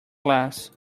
class